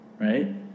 right